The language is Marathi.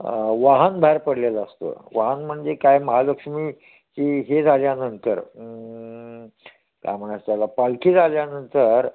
वाहन बाहेर पडलेलं असतं वाहन म्हणजे काय महालक्ष्मी ची हे झाल्यानंतर काय म्हणा त्याला पालखी झाल्यानंतर